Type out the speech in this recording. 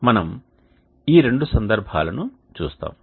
మనము ఈ రెండు సందర్భాలను చూస్తాము